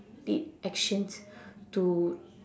did actions to